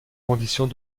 conditions